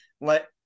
let